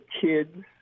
kid's